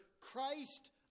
Christ